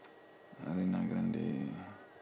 ariana grande